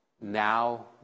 now